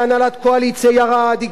הגיע שוב להנהלת הקואליציה,